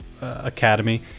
academy